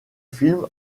film